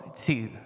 two